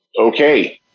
Okay